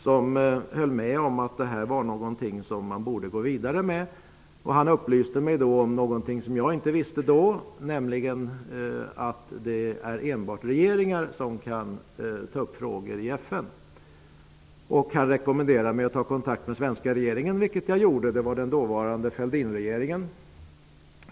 Han höll med om att detta var något som man borde gå vidare med. Han upplyste mig om något som jag inte visste då, nämligen att det enbart är regeringar som kan ta upp frågor i FN. Han rekommenderade mig att ta kontakt med den svenska regeringen -- vilket jag senare gjorde. Det var den dåvarande Fälldinregeringen.